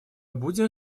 будем